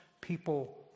people